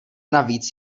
navíc